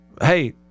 Hey